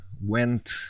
went